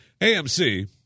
AMC